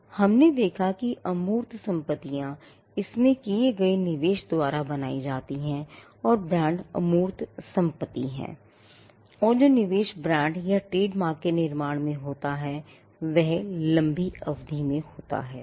अब हमने देखा कि अमूर्त सम्पतियाँ इसमें किए निवेश द्वारा बनाई जाती हैंऔर ब्रांड अमूर्त संपत्ति हैं और जो निवेश ब्रांड या ट्रेडमार्क के निर्माण में होता है वह लंबी अवधि में होता है